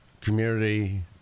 community